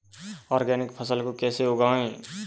Organic फसल को कैसे उगाएँ?